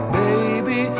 baby